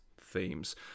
themes